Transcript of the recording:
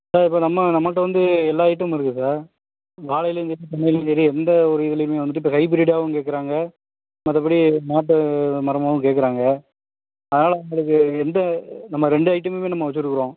sir இப்போ நம்ம நம்மகிட்ட வந்து எல்லா ஐட்டமும் இருக்குது சார் வாழையிலையும் சரி தென்னையிலேயும் சரி எந்த ஒரு இதுலேயுமே வந்துட்டு இப்போ ஹைப்ரிட்டாகவும் கேட்குறாங்க மற்றபடி நாட்டு மரமாகவும் கேட்குறாங்க அதனால் உங்களுக்கு எந்த நம்ம ரெண்டு ஐட்டமுமே நம்ம வச்சுருக்குறோம்